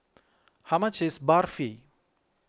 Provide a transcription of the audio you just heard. how much is Barfi